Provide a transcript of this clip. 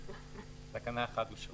אושרה.